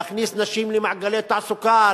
להכניס נשים למעגלי תעסוקה,